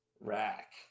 Rack